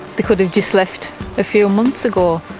they could have just left a few months ago.